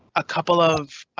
a couple of